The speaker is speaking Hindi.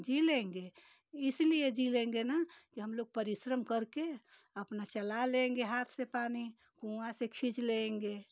जी लेंगे इसलिए जी लेंगे ना कि हम लोग परिश्रम करके अपना चला लेंगे हाथ से पानी कुँआ से खींच लेंगे